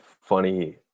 funny